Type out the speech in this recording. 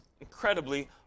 incredibly